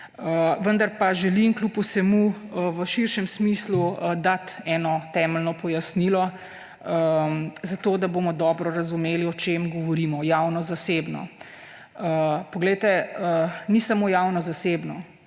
Vendar pa želim kljub vsemu v širšem smislu dati eno temeljno pojasnilo, zato da bomo dobro razumeli, o čem govorimo. Javno-zasebno. Poglejte, ni samo javno-zasebno.